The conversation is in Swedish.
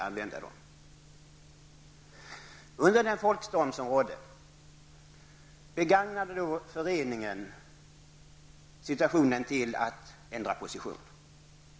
Under den folkstorm som rådde begagnade föreningen situationen till att ändra position.